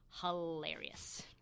hilarious